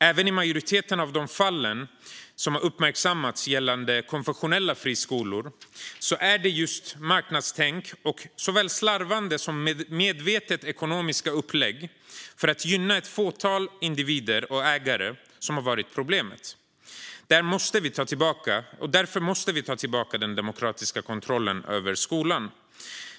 Även i majoriteten av de fall som har uppmärksammats gällande konfessionella friskolor är det just marknadstänk, slarv och medvetna ekonomiska upplägg för att gynna ett fåtal individer och ägare som har varit problemet. Därför måste vi ta tillbaka den demokratiska kontrollen över skolan.